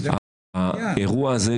האירוע הזה,